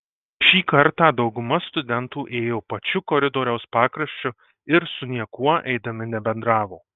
šį kartą dauguma studentų ėjo pačiu koridoriaus pakraščiu ir su niekuo eidami nebendravo